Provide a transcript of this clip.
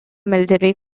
military